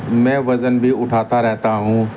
میں وزن بھی اٹھاتا رہتا ہوں